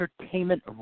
Entertainment